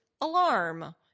alarm